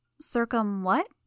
Circum-what